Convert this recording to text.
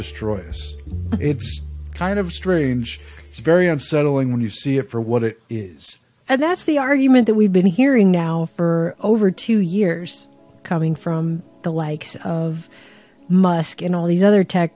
destroy us it's kind of strange it's very unsettling when you see it for what it is and that's the argument that we've been hearing now for over two years coming from the likes of my askin all these other tech